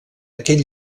aquest